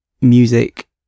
music